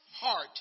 heart